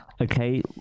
Okay